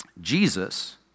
Jesus